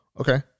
Okay